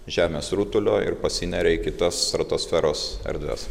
žemės rutulio ir pasineria į kitas stratosferos erdves